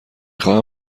خواهم